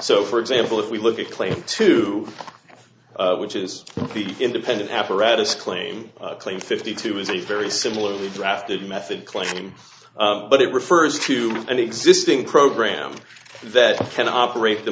so for example if we look at claim two which is the independent apparatus claim claim fifty two is a very similar drafted method claim but it refers to an existing program that can operat